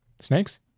Snakes